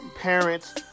parents